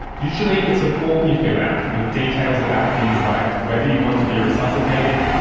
usually it's a form you fill out, with details about things like whether you want to be resuscitated,